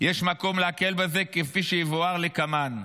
יש מקום להקל בזה כפי שיבואר לקמן,